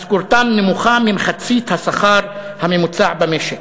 משכורתם נמוכה ממחצית השכר הממוצע במשק.